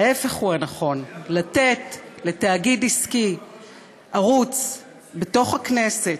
ההפך הוא הנכון, לתת לתאגיד עסקי ערוץ בתוך הכנסת,